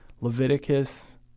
Leviticus